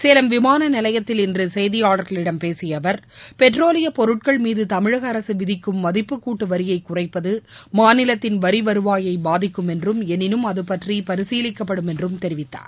சேலம் விமான நிவையத்தில் இன்று செய்தியாளர்களிடம் பேசிய அவர் பெட்ரோலியப் பொருட்கள் மீது தமிழக அரசு விதிக்கும் மதிப்புக் கூட்டு வரியை குறைப்பது மாநிலத்தின் வரி வருவாயை பாதிக்கும் என்றும் எனினும் அது பற்றி பரிசீலிக்கப்படும் என்றும் தெரிவித்தார்